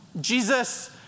Jesus